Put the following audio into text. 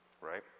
Right